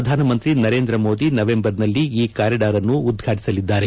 ಪ್ರಧಾನಮಂತ್ರಿ ನರೇಂದ್ರ ಮೋದಿ ನವೆಂಬರ್ನಲ್ಲಿ ಈ ಕಾರಿಡಾರ್ಅನ್ನು ಉದ್ಘಾಟಿಸಲಿದ್ದಾರೆ